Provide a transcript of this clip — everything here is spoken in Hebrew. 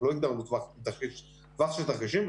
אנחנו לא הגדרנו טווח של תרחישים.